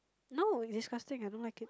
no disgusting I don't like it